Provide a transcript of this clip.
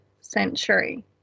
century